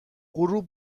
غروب